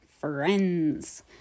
friends